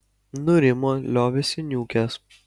nurimo liovėsi niūkęs